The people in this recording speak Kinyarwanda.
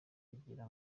kugira